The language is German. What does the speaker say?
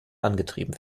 angetrieben